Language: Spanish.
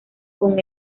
con